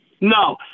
No